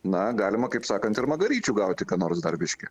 na galima kaip sakant ir magaryčių gauti ką nors dar biškį